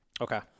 Okay